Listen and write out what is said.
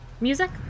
Music